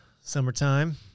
Summertime